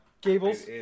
gables